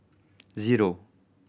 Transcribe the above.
zero